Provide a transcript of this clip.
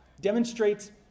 demonstrates